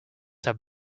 have